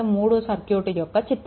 3 circuit యొక్క చిత్రం